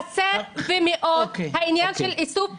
חסר מאוד העניין של איסוף הנשק,